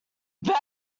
bad